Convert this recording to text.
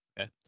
Okay